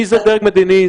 מי הדרג המדיני?